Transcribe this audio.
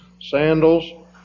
sandals